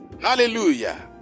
Hallelujah